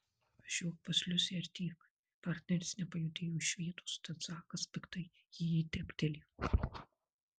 važiuok pas liusę ir tiek partneris nepajudėjo iš vietos tad zakas piktai į jį dėbtelėjo